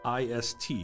ist